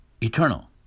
eternal